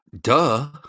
duh